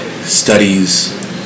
studies